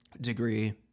degree